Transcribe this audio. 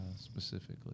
specifically